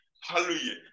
Hallelujah